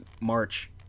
March